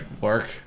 work